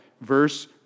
verse